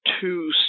two